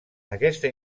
aquesta